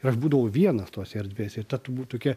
ir aš būdavau vienas tose erdvėse ir ta turbūt tokia